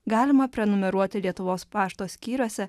galima prenumeruoti lietuvos pašto skyriuose